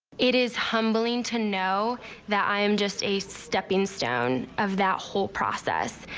it is humbling to know that i am just a steppingstone of that whole process.